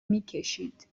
میکشید